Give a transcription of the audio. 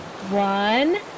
One